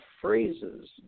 phrases